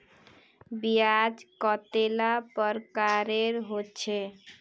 ब्याज कतेला प्रकारेर होचे?